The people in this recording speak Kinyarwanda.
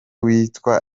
witwa